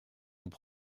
nous